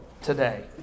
today